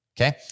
Okay